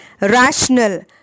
rational